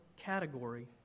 category